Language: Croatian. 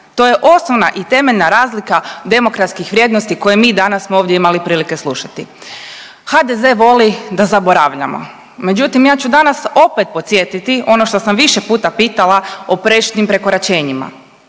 To je osnovna i temeljna razlika demokratskih vrijednosti koje mi danas smo ovdje imali prilike slušati. HDZ voli da zaboravljamo, međutim ja ću danas opet podsjetiti ono što sam više puta pitala o prešutnim prekoračenjima,